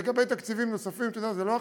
לגבי תקציבים נוספים, אתה יודע, זו לא החלטה,